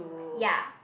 ya